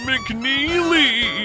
McNeely